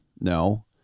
No